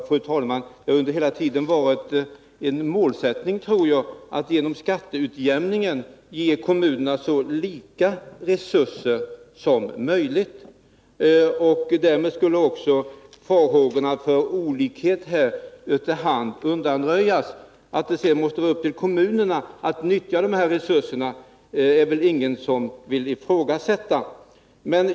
Fru talman! Jag tror att det hela tiden har varit en målsättning att genom skatteutjämning i möjligaste mån ge kommunerna lika stora resurser. Därmed skulle riskerna med tanke på kommunernas olika ekonomiska förutsättningar efter hand undanröjas. Att det sedan ankommer på kommunerna att utnyttja resurserna vill väl ingen ifrågasätta.